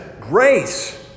grace